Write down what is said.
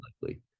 likely